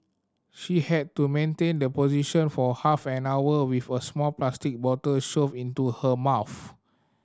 she had to maintain the position for half an hour with a small plastic bottle shoved into her mouth